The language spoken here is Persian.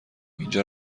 اینجا